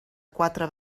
quatre